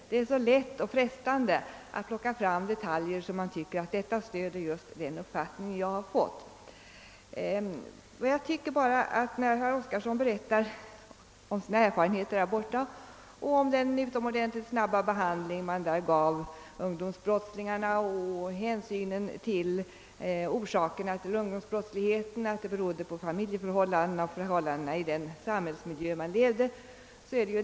Det är så lätt och frestande att plocka fram detaljer som stöder just den uppfattning man har. Herr Oskarson berättar om sina erfarenheter där borta, om den utomordentligt snabba behandling man där gav ungdomsbrottslingarna och om den hänsyn man tog till orsakerna till ungdomsbrottsligheten då den berodde på familjeförhållanden och förhållandena i den samhällsmiljö den brottslige levde i.